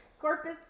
Corpus